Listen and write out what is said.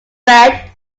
red